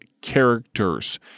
characters